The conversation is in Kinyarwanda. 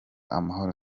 amahoro